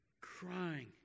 crying